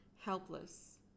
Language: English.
helpless